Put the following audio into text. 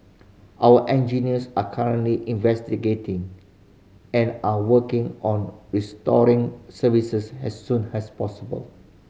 our engineers are currently investigating and are working on restoring services as soon as possible